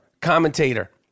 commentator